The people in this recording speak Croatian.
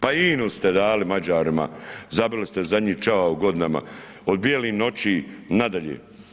Pa INA-u ste dali Mađarima, zabili ste zadnji čavao u godinama, od bijelih noći nadalje.